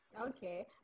okay